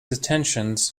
attentions